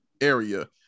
area